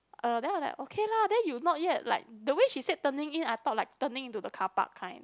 uh then I like okay lah then you not yet like the way she said turning in I thought like turning into the car park kind